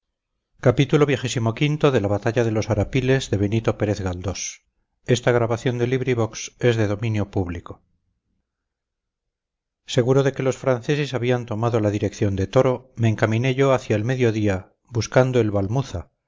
sé adelante seguro de que los franceses habían tomado la dirección de toro me encaminé yo hacia el mediodía buscando el valmuza